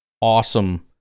awesome